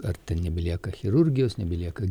ar nebelieka chirurgijos nebelieka